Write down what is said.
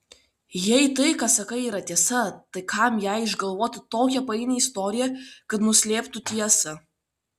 jei tai ką sakai yra tiesa tai kam jai išgalvoti tokią painią istoriją kad nuslėptų tiesą